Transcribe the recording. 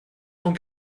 cent